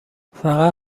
فقط